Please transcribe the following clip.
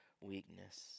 weakness